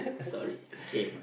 sorry okay